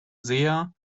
seher